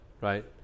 right